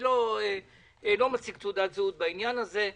אני לא מציג תעודת זהות בעניין הזה.